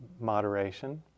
moderation